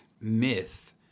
myth